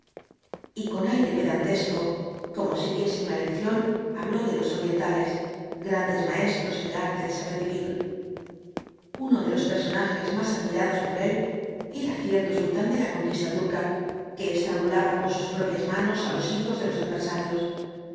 y con aire pedantesco como si diese una lección habló de los orientales grandes m iestros en el arte de saber vivir uno de los personajes más admirados por él era cierto sultán de la conquista turca que estrangulaba con sus propias manos á los hijos de los adversarios